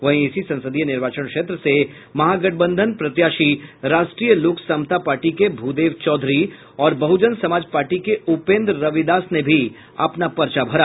वहीं इसी संसदीय निर्वाचन क्षेत्र से महागठबंधन प्रत्याशी राष्ट्रीय लोक समता पार्टी के भूदेव चौधरी और बहुजन समाज पार्टी के उपेन्द्र रविदास ने भी अपना पर्चा भरा